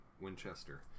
Winchester